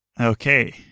Okay